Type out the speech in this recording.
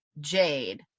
Jade